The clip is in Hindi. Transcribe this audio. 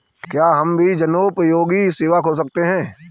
क्या हम भी जनोपयोगी सेवा खोल सकते हैं?